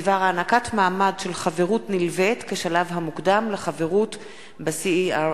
בדבר הענקת מעמד של חברות נלווית כשלב המוקדם לחברות ב-CERN.